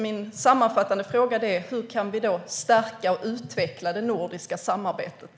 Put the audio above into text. Min sammanfattande fråga är: Hur kan vi stärka och utveckla det nordiska samarbetet?